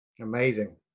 amazing